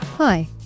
hi